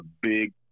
big